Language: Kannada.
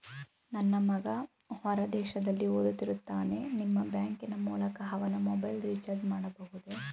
ನನ್ನ ಮಗ ಹೊರ ದೇಶದಲ್ಲಿ ಓದುತ್ತಿರುತ್ತಾನೆ ನಿಮ್ಮ ಬ್ಯಾಂಕಿನ ಮೂಲಕ ಅವನ ಮೊಬೈಲ್ ರಿಚಾರ್ಜ್ ಮಾಡಬಹುದೇ?